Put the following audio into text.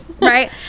right